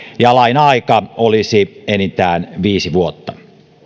ja laina aika olisi enintään viisi vuotta